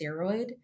steroid